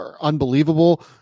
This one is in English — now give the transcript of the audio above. unbelievable